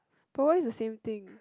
but why is the same thing